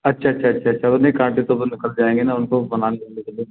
अच्छा अच्छा अच्छा अच्छा नहीं काँटे तो बस निकल जाएँगे ना उनको बनाने